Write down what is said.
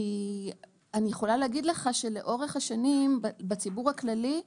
אני יכולה להגיד לך שלאורך השנים, בציבור הכללי,